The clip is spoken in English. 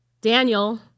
Daniel